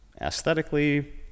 aesthetically